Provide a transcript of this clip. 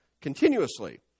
continuously